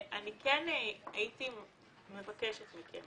אני כן הייתי מבקשת מכם